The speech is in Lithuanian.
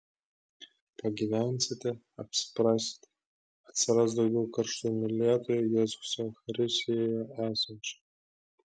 pagyvensite apsiprasite atsiras daugiau karštų mylėtojų jėzaus eucharistijoje esančio